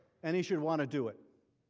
and he should want to do it.